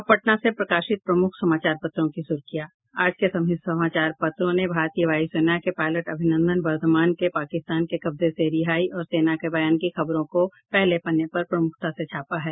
अब पटना से प्रकाशित प्रमुख समाचार पत्रों की सुर्खियां आज के सभी समाचार पत्रों ने भारतीय वायुसेना के पायलट अभिनंदन वर्धमान के पाकिस्तान के कब्जे से रिहाई और सेना के बयान की खबरों को पहले पन्ने पर प्रमुखता से छापा है